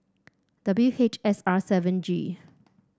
W H S R seven G